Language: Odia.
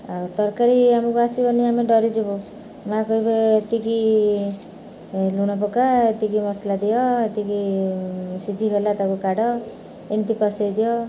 ଆଉ ତରକାରୀ ଆମକୁ ଆସିବନି ଆମେ ଡରିଯିବ ମାଆ କହିବେ ଏତିକି ଲୁଣ ପକା ଏତିକି ମସଲା ଦିଅ ଏତିକି ସିଝିଗଲା ତାକୁ କାଢ଼ ଏମିତି କଷେଇ ଦିଅ